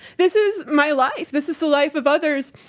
this is my life. this is the life of others.